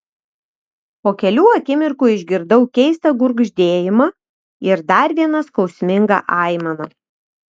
po kelių akimirkų išgirdau keistą gurgždėjimą ir dar vieną skausmingą aimaną